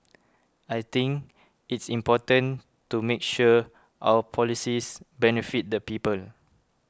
I think it's important to make sure our policies benefit the people